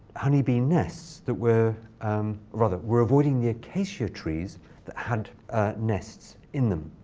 honey bee nests that were rather, were avoiding the acacia trees that had nests in them.